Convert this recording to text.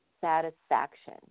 satisfaction